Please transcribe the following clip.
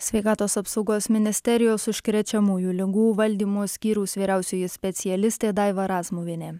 sveikatos apsaugos ministerijos užkrečiamųjų ligų valdymo skyriaus vyriausioji specialistė daiva razmuvienė